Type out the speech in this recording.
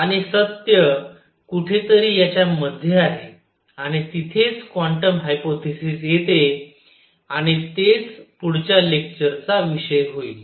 आणि सत्य कुठेतरी याच्या मध्ये आहे आणि तिथेच क्वांटम हायपोथेसिस येते आणि तेच पुढच्या लेक्चर चा विषय होईल